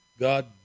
God